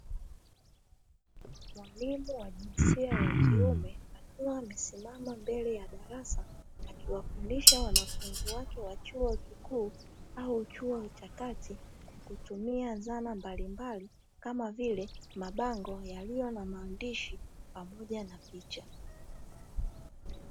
Mwalimu wa jinsia ya kiume akiwa amesimama mbele ya darasa akiwafundisha wanafunzi wake wa chuo kikuu au chuo cha kati, kutumia dhana mbalimbali kama vile mabango yaliyo na maandishi pamoja na picha.